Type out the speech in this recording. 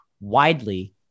widely